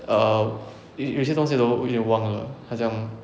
err 有有些东西都给忘了好像